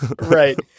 Right